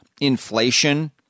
inflation